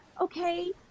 Okay